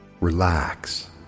Relax